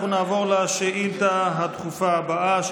אנחנו נעבור לשאילתה הדחופה הבאה,